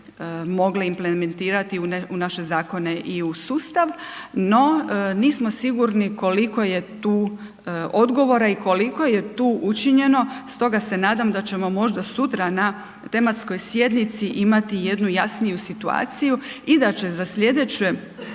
mogle implementirati u naše zakone i u sustav, no nismo sigurni koliko je tu odgovora i koliko je tu učinjeno, stoga se nadam da ćemo možda sutra na tematskoj sjednici imati jednu jasniju situaciju i da će za slijedeće